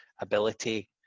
ability